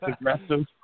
aggressive